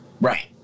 Right